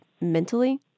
mentally